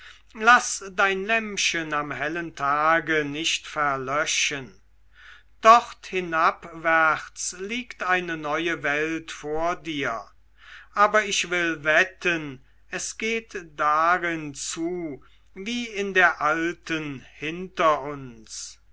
laß dein lämpchen am hellen tage nicht verlöschen dort hinabwärts liegt eine neue welt vor dir aber ich will wetten es geht darin zu wie in der alten hinter uns